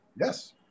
Yes